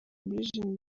muri